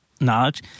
knowledge